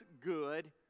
good